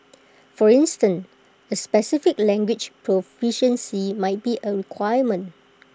for instance A specific language proficiency might be A requirement